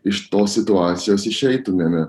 iš tos situacijos išeitumėme